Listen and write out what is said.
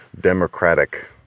democratic